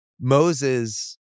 Moses